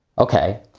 okay,